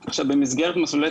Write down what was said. עמלים.